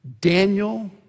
Daniel